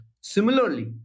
Similarly